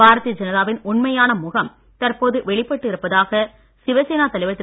பாரதிய ஜனதாவின் உண்மையான முகம் தற்போது வெளிப்பட்டு இருப்பதாக சிவசேனா தலைவர் திரு